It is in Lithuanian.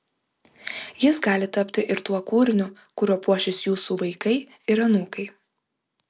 jis gali tapti ir tuo kūriniu kuriuo puošis jūsų vaikai ir anūkai